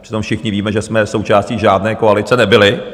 Přitom všichni víme, že jsme součástí žádné koalice nebyli.